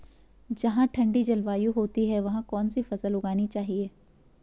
जहाँ ठंडी जलवायु होती है वहाँ कौन सी फसल उगानी चाहिये?